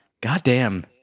goddamn